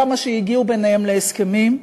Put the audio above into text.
כמה שהגיעו להסכמים,